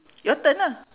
your turn ah